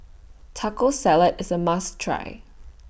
Taco Salad IS A must Try